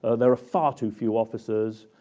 ah there are far too few officers.